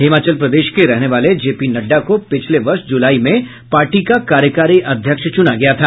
हिमाचल प्रदेश के रहने वाले जे पी नड्डा को पिछले वर्ष ज़ुलाई में पार्टी का कार्यकारी अध्यक्ष चुना गया था